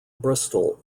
bristol